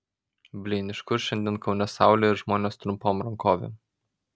blyn iš kur šiandien kaune saulė ir žmonės trumpom rankovėm